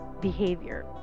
behavior